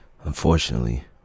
Unfortunately